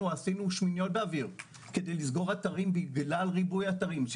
עשינו שמיניות באוויר כדי לסגור אתרים בגלל ריבוי ליקויים.